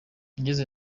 ngeze